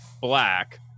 black